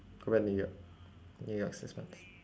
go back new york new york six months